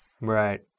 Right